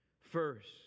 First